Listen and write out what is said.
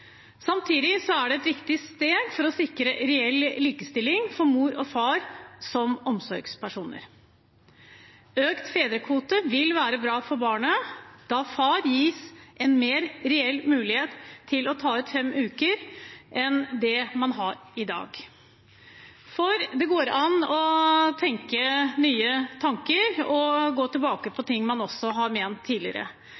er det et viktig steg for å sikre reell likestilling for mor og far som omsorgspersoner. Økt fedrekvote vil være bra for barnet, da far gis en mer reell mulighet til å ta ut fem uker enn det man har i dag. Det går an å tenke nye tanker og gå tilbake på